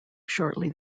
shortly